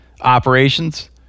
operations